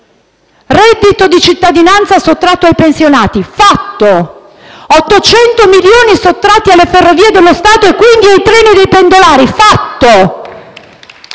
Reddito di cittadinanza sottratto ai pensionati: fatto. 800 milioni sottratti alle Ferrovie dello Stato e quindi ai treni dei pendolari: fatto.